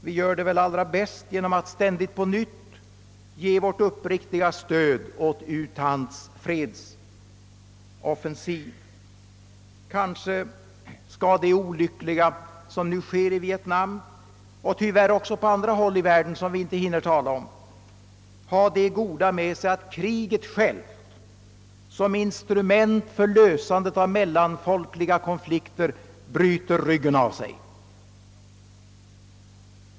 Vi gör det väl allra bäst genom att ständigt ge vårt uppriktiga stöd åt U Thants fredsoffensiv. Kanske det olyckliga som nu sker i Vietnam — och tyvärr också på andra håll i världen, som vi inte hinner tala om — har det goda med sig att kriget självt, som instrument för lösandet av mellanfolkliga konflikter, bryter ryggen av sig.